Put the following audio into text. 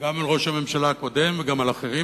גם על ראש הממשלה הקודם וגם על אחרים